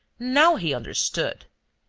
now he understood.